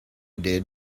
did